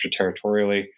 extraterritorially